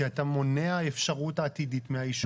כי אתה מונע אפשרות עתידית מהיישובים.